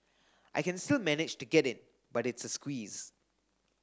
I can still manage to get in but it's a squeeze